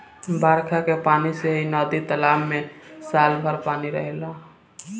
बरखा के पानी से ही नदी तालाब में साल भर पानी रहेला